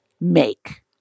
make